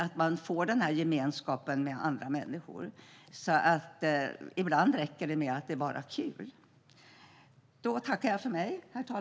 Där får man gemenskapen med andra människor. Ibland räcker det med att det bara är kul.